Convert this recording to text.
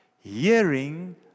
Hearing